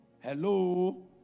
Hello